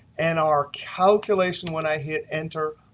and our calculation, when i hit enter,